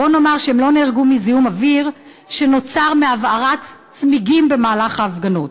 בוא נאמר שהם לא נהרגו מזיהום אוויר שנוצר מהבערת צמיגים במהלך ההפגנות.